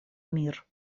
мир